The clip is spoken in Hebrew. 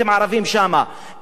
אין מספיק הוכחות,